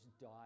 died